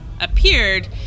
appeared